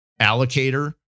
allocator